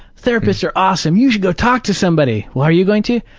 therapists are awesome. you should go talk to somebody! well, are you going to?